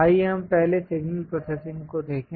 आइए हम पहले सिग्नल प्रोसेसिंग को देखें